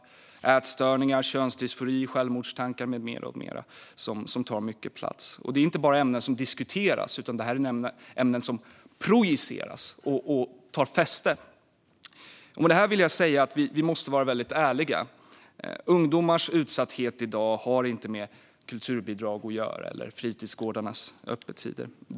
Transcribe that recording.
Där finns ätstörningar, könsdysfori, självmordstankar med mera som tar mycket plats. Och detta är inte bara ämnen som diskuteras, utan det är ämnen som projiceras och får fäste. Med det här vill jag säga att vi måste vara ärliga: Ungdomars utsatthet i dag har inte med kulturbidrag eller fritidsgårdarnas öppettider att göra.